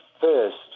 first